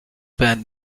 been